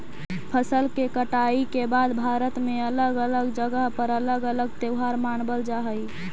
फसल के कटाई के बाद भारत में अलग अलग जगह पर अलग अलग त्योहार मानबल जा हई